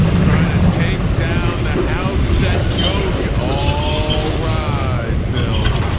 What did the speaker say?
trying to take down the house that joe joe, all rise bill.